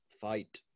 fight